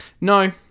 No